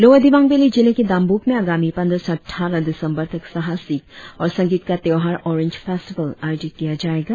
lower Dibang valley जिले के दांबुक में आगामी पंद्रह से अट्टारह दिसंबर तक साहसिक और संगीत का त्योहार ऑरेंज फेस्टिवल आयोजित किया जाएगा